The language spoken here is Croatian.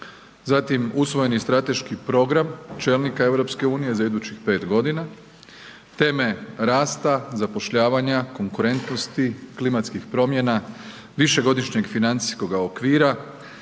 zatim usvojeni strateški program čelnika EU za idućih 5 godina. Teme rasta, zapošljavanja, konkurentnosti, klimatskih promjena, višegodišnjeg financijskoga okvira,